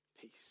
peace